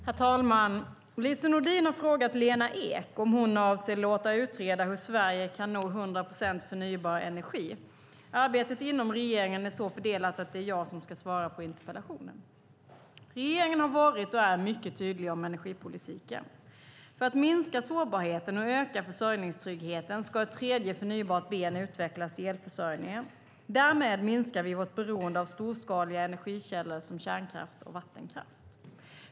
Herr talman! Lise Nordin har frågat Lena Ek om hon avser att låta utreda hur Sverige kan nå 100 procent förnybar energi. Arbetet inom regeringen är så fördelat att det är jag som ska svara på interpellationen. Regeringen har varit och är mycket tydlig om energipolitiken. För att minska sårbarheten och öka försörjningstryggheten ska ett tredje förnybart ben utvecklas i elförsörjningen. Därmed minskar vi vårt beroende av storskaliga energikällor som kärnkraft och vattenkraft.